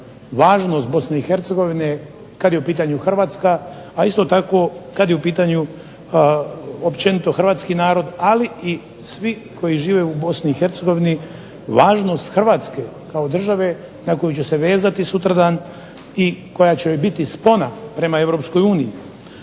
važnost BiH kada je u pitanju HRvatske a isto tako kada je u pitanju općenito hrvatski narod ali i svi koji žive u BiH važnost HRvatske kao države na koju će se vezati sutradan i koja će joj biti spona prema EU.